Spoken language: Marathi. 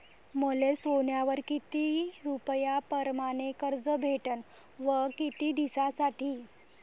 मले सोन्यावर किती रुपया परमाने कर्ज भेटन व किती दिसासाठी?